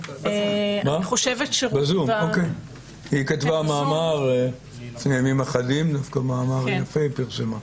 היא פרסמה לפני ימים אחדים מאמר יפה.